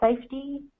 safety